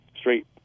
straight